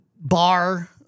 bar